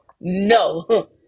no